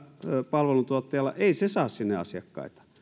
palveluntuottajalla ei se saa sinne asiakkaita